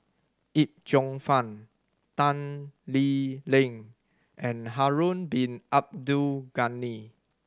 Yip Cheong Fun Tan Lee Leng and Harun Bin Abdul Ghani